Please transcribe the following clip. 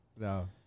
No